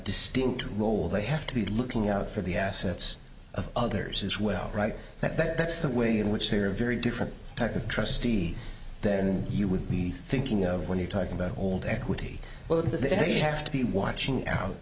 distinct role they have to be looking out for the assets of others as well right that that's the way in which they are very different type of trustee than you would be thinking of when you're talking about old equity well in the city they have to be watching out